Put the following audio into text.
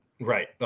Right